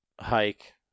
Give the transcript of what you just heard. hike